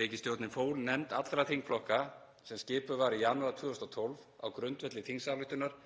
Ríkisstjórnin fól nefnd allra þingflokka sem skipuð var í janúar 2012 á grundvelli þingsályktunar